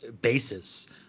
basis